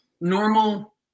normal